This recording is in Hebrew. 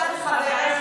אתה וחבריך.